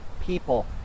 people